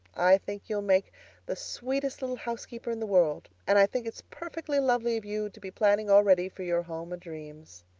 i think you'll make the sweetest little housekeeper in the world. and i think it's perfectly lovely of you to be planning already for your home o'dreams.